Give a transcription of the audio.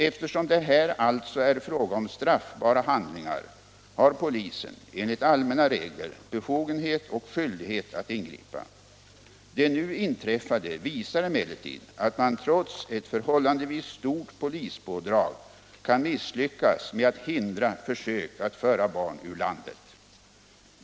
Eftersom det här alltså är fråga om straffbara handlingar, har polisen enligt allmänna regler befogenhet och skyldighet att ingripa. Det nu inträffade visar emellertid att man trots ett förhållandevis stort polispådrag kan misslyckas med att hindra försök att föra barn ur landet.